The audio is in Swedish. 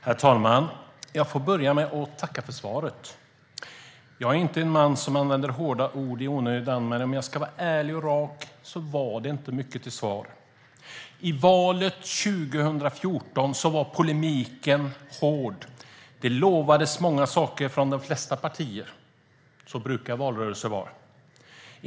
Herr talman! Jag börjar med att tacka för svaret. Jag är inte en man som använder hårda ord i onödan, men om jag ska vara ärlig och rak var det inte mycket till svar. I valet 2014 var polemiken hård. Det lovades många saker från de flesta partier. Så brukar valrörelser vara.